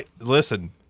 Listen